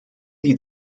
die